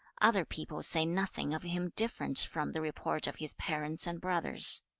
other people say nothing of him different from the report of his parents and brothers